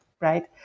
right